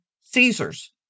Caesar's